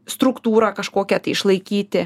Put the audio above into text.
struktūrą kažkokią išlaikyti